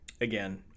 again